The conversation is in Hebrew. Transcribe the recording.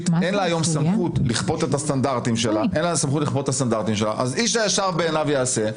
אין סמכות לכפות את הסטנדרטים שלה אז איש הישר בעיניו יעשה.